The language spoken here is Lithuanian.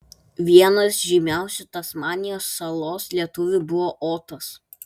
vienas žymiausių tasmanijos salos lietuvių buvo otas